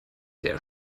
der